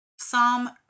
Psalm